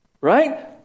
Right